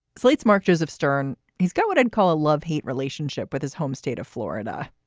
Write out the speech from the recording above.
slate's mark joseph stern. he's got what i'd call a love hate relationship with his home state of florida.